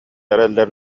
эрэллэр